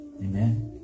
Amen